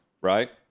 Right